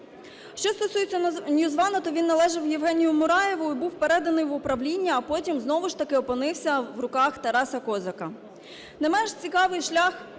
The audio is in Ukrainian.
Що стосується NewsOne, то він належав Євгенію Мураєву і був переданий в управління, а потім знову ж таки опинився в руках Тараса Козака.